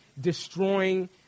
destroying